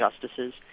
justices